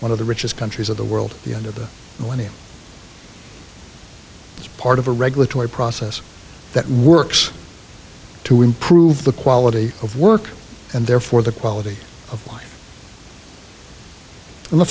one of the richest countries of the world the end of the millennium as part of a regulatory process that works to improve the quality of work and therefore the quality of life in the